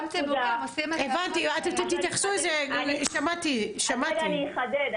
--- אני אחדד.